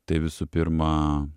tai visų pirma